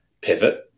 pivot